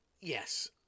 Yes